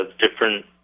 different